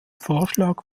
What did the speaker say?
vorschlag